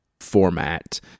format